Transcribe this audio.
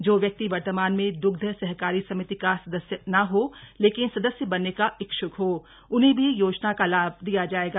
जो व्यक्ति वर्तमान में दृग्ध सहकारी समिति का सदस्य न हो लेकिन सदस्य बनने का इच्छ्क हो उन्हें भी योजना का लाभ दिया जाएगा